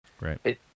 Right